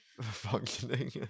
functioning